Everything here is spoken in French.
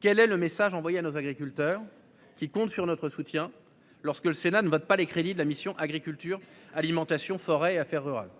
Quel est le message envoyé à nos agriculteurs qui comptent sur notre soutien lorsque le Sénat ne votent pas les crédits de la mission Agriculture alimentation forêt et affaires rurales.